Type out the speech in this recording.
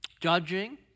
Judging